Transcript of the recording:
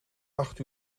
acht